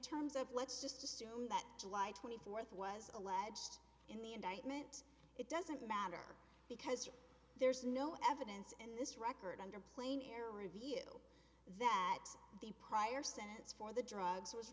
terms of let's just assume that july twenty fourth was alleged in the indictment it doesn't matter because there's no evidence in this record underplaying air review that the prior sentence for the drugs was